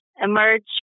emerge